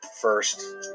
first